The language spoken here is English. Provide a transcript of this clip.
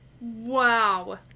Wow